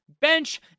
bench